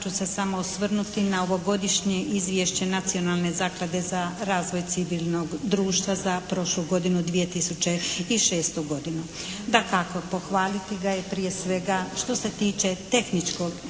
ću se samo osvrnuti na ovogodišnje izvješće nacionalne zaklade za razvoj civilnog društva za prošlu godinu 2006. godinu. Dakako pohvaliti ga je prije svega što se tiče tehničkog